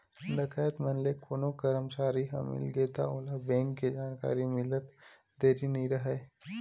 डकैत मन ले कोनो करमचारी ह मिलगे त ओला बेंक के जानकारी मिलत देरी नइ राहय